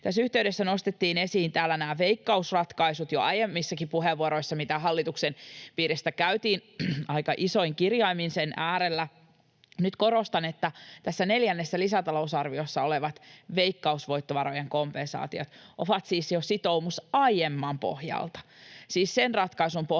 Tässä yhteydessä täällä nostettiin esiin jo aiemmissakin puheenvuoroissa nämä Veikkaus-ratkaisut, joita hallituksen piirissä käytiin aika isoin kirjaimin. Nyt korostan, että tässä neljännessä lisätalousarviossa olevat veikkausvoittovarojen kompensaatiot ovat siis jo sitoumus aiemman pohjalta, siis sen ratkaisun pohjalta,